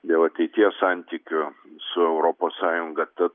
dėl ateities santykių su europos sąjunga tad